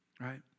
right